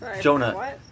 Jonah